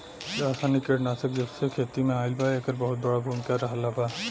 रासायनिक कीटनाशक जबसे खेती में आईल बा येकर बहुत बड़ा भूमिका रहलबा